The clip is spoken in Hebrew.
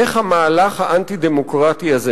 איך המהלך האנטי-דמוקרטי הזה,